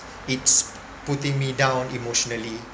it's putting me down emotionally